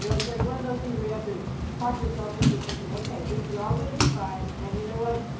it's like one of those things where you have to talk yourself into thinking, okay, this is all gonna be fine, and you know what?